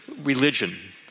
religion